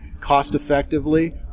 cost-effectively